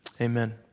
amen